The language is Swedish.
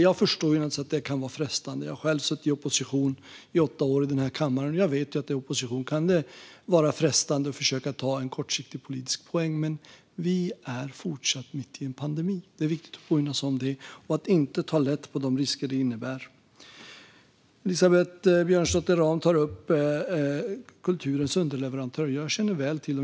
Jag förstår naturligtvis att det kan vara frestande i opposition - jag har själv suttit i opposition i åtta år i denna kammare - att försöka ta en kortsiktig politisk poäng, men vi är fortfarande mitt i en pandemi. Det är viktigt att påminna sig om det och att inte ta lätt på de risker det innebär. Elisabeth Björnsdotter Rahm tar upp kulturens underleverantörer. Jag känner väl till dem.